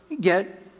get